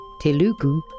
Telugu